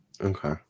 Okay